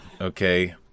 okay